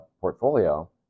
portfolio